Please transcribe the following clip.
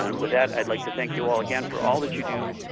um with that, i'd like to thank you all again for all that you do,